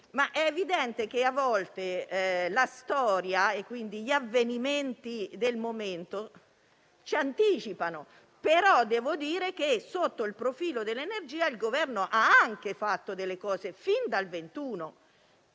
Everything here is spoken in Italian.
però evidente che a volte la storia e quindi gli avvenimenti del momento ci anticipano. Devo dire però che, sotto il profilo dell'energia, il Governo ha anche realizzato misure fin dal 2021,